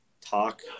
talk